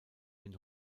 den